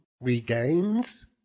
regains